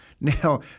Now